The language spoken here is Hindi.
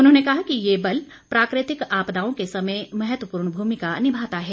उन्होंने कहा कि यह बल प्राकृतिक आपदाओं के समय महत्वपूर्ण भूमिका निभाता है